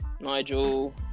Nigel